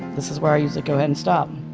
this is where i usually go ahead and stop.